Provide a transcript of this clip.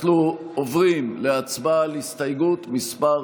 אנחנו עוברים להסתייגות מס'